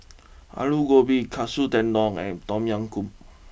Alu Gobi Katsu Tendon and Tom Yam Goong